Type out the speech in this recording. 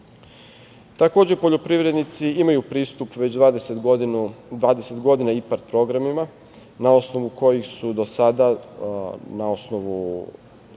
poljoprivrednici imaju pristup već 20 godina IPARD programima, na osnovu kojih su do sada na osnovu